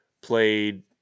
played